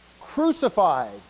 Crucified